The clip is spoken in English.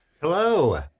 hello